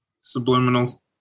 Subliminal